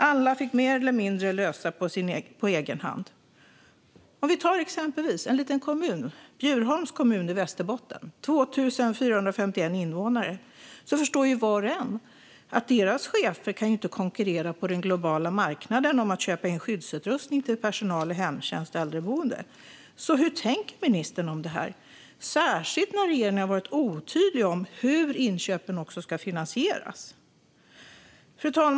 Alla fick mer eller mindre lösa det på egen hand. Om vi som exempel tar en liten kommun, Bjurholms kommun i Västerbotten med 2 451 invånare, förstår ju var och en att deras chefer inte kan konkurrera på den globala marknaden om att köpa in skyddsutrustning till personal i hemtjänst och äldreboende. Hur tänker ministern om det här, särskilt när regeringen har varit otydlig också med hur inköpen ska finansieras? Fru talman!